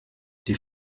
die